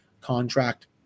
contract